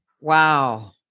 Wow